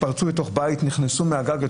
התפרצו לבית מהגג,